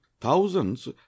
Thousands